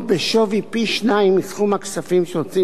או בשווי פי-שניים מסכום הכספים שהוציא